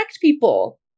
people